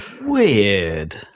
Weird